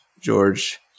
George